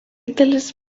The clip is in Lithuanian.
dalis